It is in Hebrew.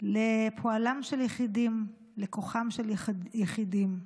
לפועלם של יחידים, לכוחם של יחידים.